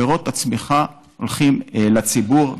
פירות הצמיחה הולכים לציבור,